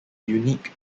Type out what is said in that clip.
unique